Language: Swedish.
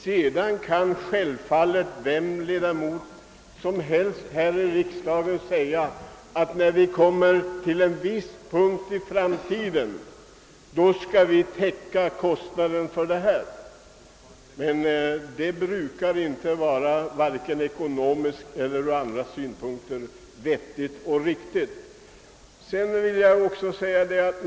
Vilken riksdagsledamot som helst kan naturligtvis sedan säga att vid en viss tidpunkt i framtiden skall ifrågakommande kostnader täckas.